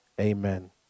amen